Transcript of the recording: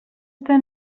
then